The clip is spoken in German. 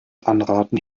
anraten